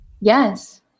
Yes